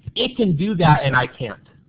it can do that and i cannot.